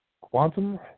quantum